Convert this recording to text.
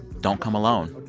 don't come alone.